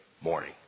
morning